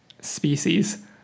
species